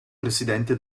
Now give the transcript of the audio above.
presidente